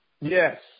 Yes